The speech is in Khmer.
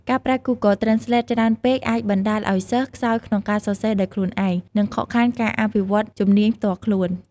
ការប្រើ Google Translate ច្រើនពេកអាចបណ្ដាលឲ្យសិស្ស ខ្សោយក្នុងការសរសេរដោយខ្លួនឯង និងខកខានការអភិវឌ្ឍជំនាញផ្ទាល់ខ្លួន។